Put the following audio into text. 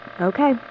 okay